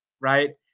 right